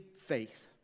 faith